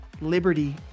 liberty